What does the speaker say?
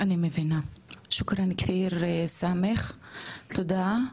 אני מבינה, תודה ס'.